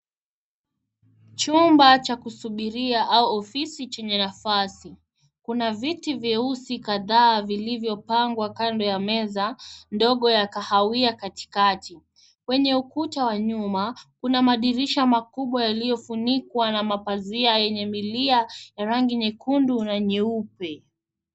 Chumba cha kusubiria au ofisi chenye nafasi kuna viti vyeusi kadhaa vilivyopangwa kando ya meza ndogo ya kahawia katikati, kwenye ukuta wa nyuma kuna madirisha makubwa yaliyofunikwa na mapazia yenye milia na rangi nyekundu na nyeupe.